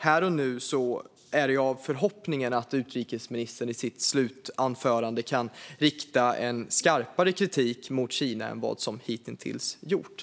Här och nu har jag förhoppningen att utrikesministern i sitt slutanförande kan rikta en skarpare kritik mot Kina än vad som hitintills gjorts.